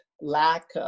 lack